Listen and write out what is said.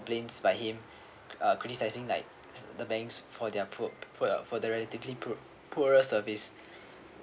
~plaints by him uh criticizing like the banks for their poor for the relatively poor poorer service